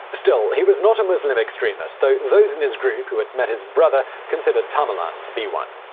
still, he was not a muslim extremist, though those in his group who had met his brother considered tamerlan to be one.